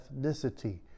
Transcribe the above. ethnicity